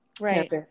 right